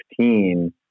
2015